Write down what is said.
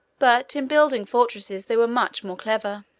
but in building fortresses they were much more clever.